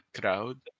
crowd